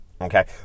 okay